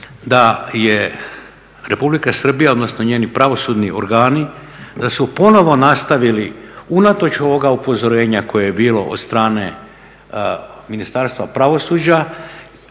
da je Republika Srbija, odnosno njeni pravosudni organi da su ponovo nastavili unatoč ovoga upozorenja koje je bilo od strane Ministarstva pravosuđa